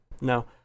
no